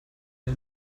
der